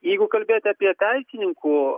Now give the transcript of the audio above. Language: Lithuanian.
jeigu kalbėti apie teisininkų